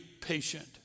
patient